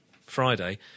Friday